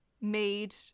made